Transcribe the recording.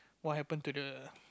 what happen to the